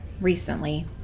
recently